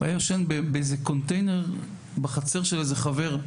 היה ישן באיזה קונטיינר בחצר של איזה חבר.